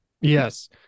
Yes